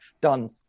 done